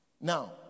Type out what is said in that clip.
Now